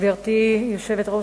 גברתי היושבת-ראש,